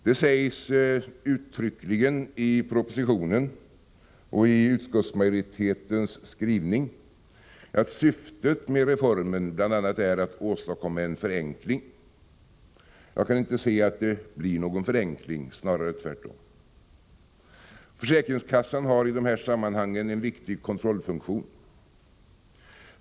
Det sägs uttryckligen i propositionen och i utskottsmajoritetens skrivning att syftet med reformen bl.a. är att åstadkomma en förenkling. Jag kan inte se att det blir någon förenkling — snarare tvärtom. Försäkringskassan har i det här sammanhanget en viktig kontrollfunktion.